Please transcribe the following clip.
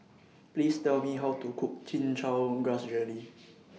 Please Tell Me How to Cook Chin Chow Grass Jelly